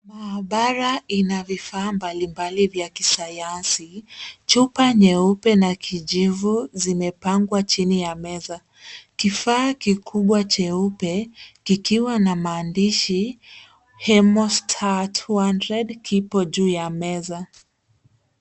Maabara ina vifaa mbalimbali vya kisayansi. Chupa nyeupe na kijivu zimepangwa chini ya meza. Kifaa kikubwa cheupe kikiwa na maandishi Hemostar 200 kipo juu ya meza.